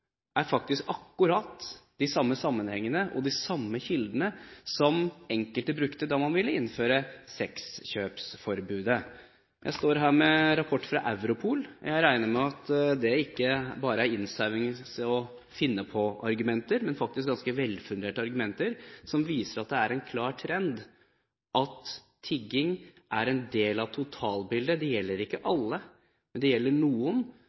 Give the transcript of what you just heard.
er faktisk akkurat de samme sammenhengene og de samme kildene som enkelte brukte da man ville innføre sexkjøpforbudet. Jeg står her med en rapport fra Europol. Jeg regner med at det ikke bare er innsausing og finne-på-argumenter, men faktisk ganske velfunderte argumenter som viser at det er en klar trend at tigging er en del av totalbildet, og at de som er tiggere – det gjelder ikke alle, men det gjelder noen